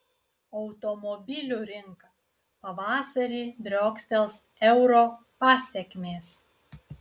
automobilių rinka pavasarį driokstels euro pasekmės